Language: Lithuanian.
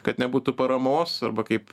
kad nebūtų paramos arba kaip